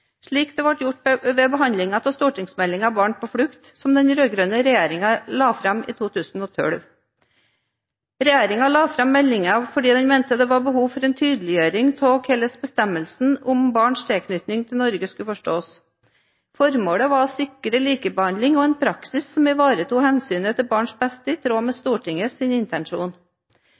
slik det ble gjort ved behandlingen av stortingsmeldingen Barn på flukt, som den rød-grønne regjeringen la fram i 2012. Regjeringen la fram meldingen fordi den mente det var behov for en tydeliggjøring av hvordan bestemmelsen om barns tilknytning til Norge skulle forstås. Formålet var å sikre likebehandling og en praksis som ivaretok hensynet til barns beste, i tråd med Stortingets intensjon.